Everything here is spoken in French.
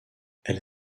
elle